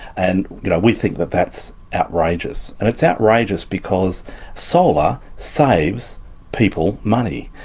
and you know we think that that's outrageous, and it's outrageous because solar saves people money.